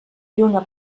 lluna